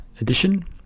edition